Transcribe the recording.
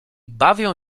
bawią